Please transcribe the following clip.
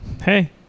Hey